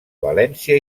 valència